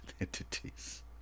entities